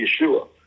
Yeshua